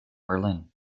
berlin